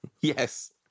yes